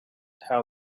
how